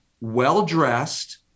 well-dressed